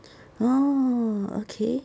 orh okay